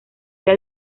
era